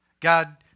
God